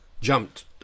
jumped